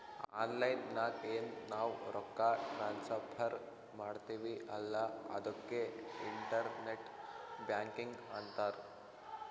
online ನಾಗ್ ಎನ್ ನಾವ್ ರೊಕ್ಕಾ ಟ್ರಾನ್ಸಫರ್ ಮಾಡ್ತಿವಿ ಅಲ್ಲಾ ಅದುಕ್ಕೆ ಇಂಟರ್ನೆಟ್ ಬ್ಯಾಂಕಿಂಗ್ ಅಂತಾರ್